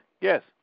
Yes